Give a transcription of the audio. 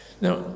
Now